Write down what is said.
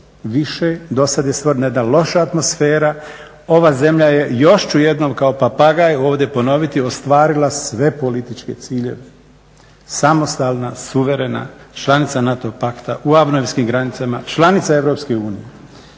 više, do sada je stvorena jedna loša atmosfera, ova zemlja je još ću jednom kao papagaj ovdje ponoviti ostvarila sve političke ciljeve. Samostalna, suverena, članica NATO pakta, u avnojskim granicama, članica EU, zemlja